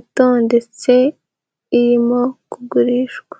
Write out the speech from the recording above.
itondetse, irimo kugurishwa.